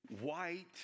white